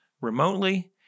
remotely